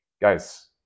guys